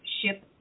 Ship